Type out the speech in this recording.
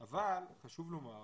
אבל חשוב לומר,